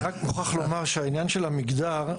אני מוכרח לומר שהעניין של המגדר,